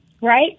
Right